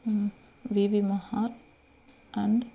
VV Mahal and